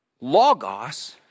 Logos